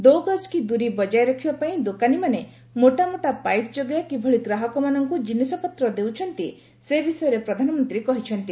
ଦୋ ଗଜ୍ କି ଦୂରୀ ବଜାୟ ରଖିବା ପାଇଁ ଦୋକାନୀମାନେ ମୋଟାମୋଟା ପାଇପ୍ ଯୋଗେ କିଭଳି ଗ୍ରାହକମାନଙ୍କୁ ଜିନିଷପତ୍ର ଦେଉଛନ୍ତି ସେ ବିଷୟରେ ପ୍ରଧାନମନ୍ତ୍ରୀ କହିଛନ୍ତି